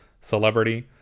celebrity